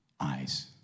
eyes